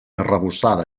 arrebossada